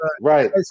Right